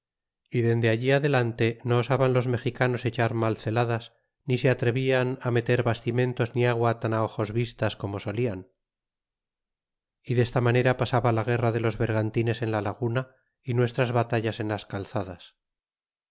y dende allí adelante no osaban los mexicanos echar mas zeladas ni se atrevian meter bastimentos ni agua tan ojos vistas como solian y tiesta manera pasaba la guerra de los bergantines en la laguna y nuestras batallas en las calzadas